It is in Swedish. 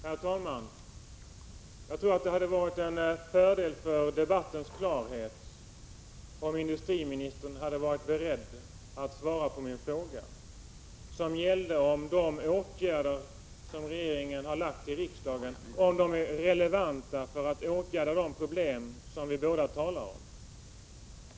Herr talman! Jag tror att det hade varit till fördel för debattens klarhet om industriministern hade varit beredd att svara på min fråga, som gällde om de förslag till åtgärder som regeringen förelagt riksdagen är relevanta för att lösa de problem som vi båda talar om.